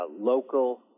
Local